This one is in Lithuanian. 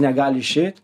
negali išeit